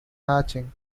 hatching